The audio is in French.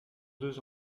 deux